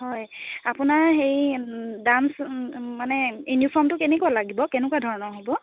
হয় আপোনাৰ হেৰি ডাঞ্চ মানে ইউনিফৰ্মটো কেনেকুৱা লাগিব কেনেকুৱা ধৰণৰ হ'ব